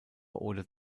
oder